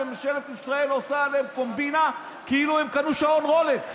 וממשלת ישראל עושה עליהם קומבינה כאילו הם קנו שעון רולקס,